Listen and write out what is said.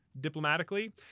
diplomatically